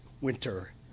winter